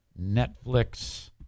Netflix